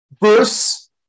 verse